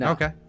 Okay